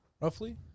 roughly